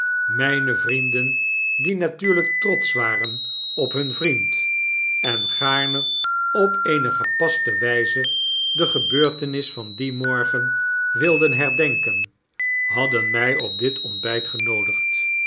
myne vrienden die natuurlijk trotsch waren op hun vriend en gaarne op eene gepaste wyze de gebeurtenis van dien morgen wilden herdenken hadden mi op dit ontbyt genoodigd